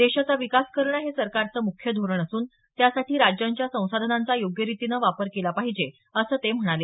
देशाचा विकास करणं हे सरकारचं मुख्य धोरण असून त्यासाठी राज्यांच्या संसाधनांचा योग्य रितीनं वापर केला पाहिजे असं ते म्हणाले